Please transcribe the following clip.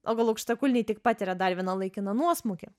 o gal aukštakulniai tik patiria dar vieną laikiną nuosmukį